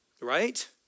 Right